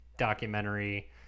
documentary